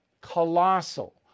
colossal